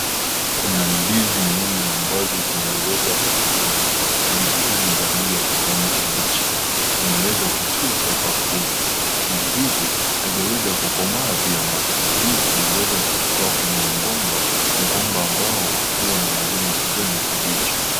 Kuna ndizi nyingi ambazo zinaweza kuvunwa. Ndizi hizi ni za rangi ya kijani kibichi. Zimeweza kutia sakafuni. Ndizi hizi hazijaweza kukomaa vyema. Ndizi huweza kutoa kwenye mgomba, mgomba ambao huwa na majani ya kijani kibichi.